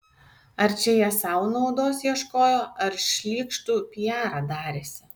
ar čia jie sau naudos ieškojo ar šlykštų piarą darėsi